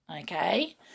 okay